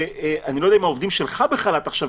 אני לא יודע אם העובדים שלך בחל"ת עכשיו